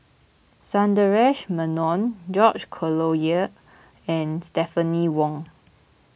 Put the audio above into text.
Sundaresh Menon George Collyer and Stephanie Wong